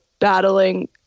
battling